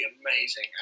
amazing